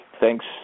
thanks